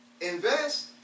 Invest